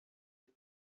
une